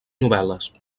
novel·les